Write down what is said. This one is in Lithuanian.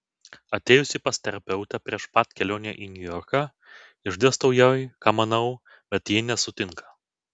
atėjusi pas terapeutę prieš pat kelionę į niujorką išdėstau jai ką manau bet ji nesutinka